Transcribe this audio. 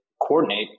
coordinate